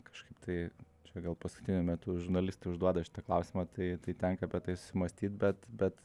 kažkaip tai čia gal paskutiniu metu žurnalistai užduoda šitą klausimą tai tai tenka apie tai susimąstyt bet bet